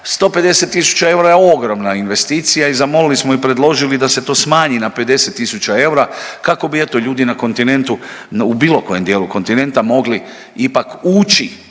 150 tisuća eura je ogromna investicija i zamolili smo i predložili da se to smanji na 50 tisuća eura kako bi eto ljudi na kontinentu, u bilo kojem dijelu kontinenta mogli ipak ući